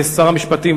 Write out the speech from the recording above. שר המשפטים,